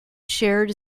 shared